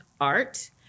art